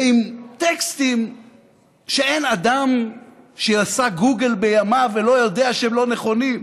ועם טקסטים שאין אדם שעשה גוגל בימיו ולא יודע שהם לא נכונים,